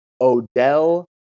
Odell